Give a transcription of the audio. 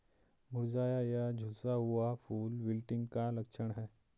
मुरझाया या झुलसा हुआ फूल विल्टिंग का लक्षण है